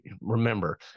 remember